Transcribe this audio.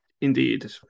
Indeed